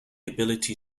ability